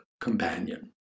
companion